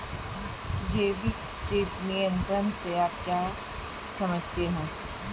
जैविक कीट नियंत्रण से आप क्या समझते हैं?